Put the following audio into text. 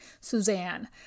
Suzanne